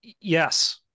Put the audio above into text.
Yes